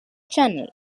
channel